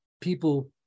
people